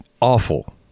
awful